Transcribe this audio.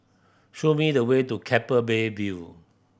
show me the way to Keppel Bay View